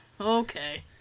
okay